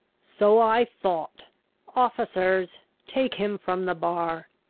so i thought officers, take him from the bar!